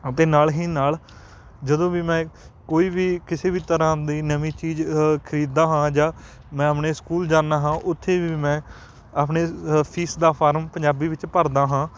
ਅਤੇ ਨਾਲ ਹੀ ਨਾਲ ਜਦੋਂ ਵੀ ਮੈਂ ਕੋਈ ਵੀ ਕਿਸੇ ਵੀ ਤਰ੍ਹਾਂ ਦੀ ਨਵੀਂ ਚੀਜ਼ ਖਰੀਦਦਾ ਹਾਂ ਜਾਂ ਮੈਂ ਆਪਣੇ ਸਕੂਲ ਜਾਂਦਾ ਹਾਂ ਉੱਥੇ ਵੀ ਮੈਂ ਆਪਣੇ ਫੀਸ ਦਾ ਫਾਰਮ ਪੰਜਾਬੀ ਵਿੱਚ ਭਰਦਾ ਹਾਂ